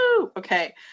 okay